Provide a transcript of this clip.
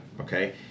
Okay